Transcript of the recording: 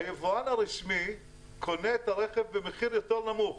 היבואן הרשמי קונה את הרכב במחיר יותר נמוך